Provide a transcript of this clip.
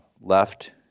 left